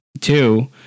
Two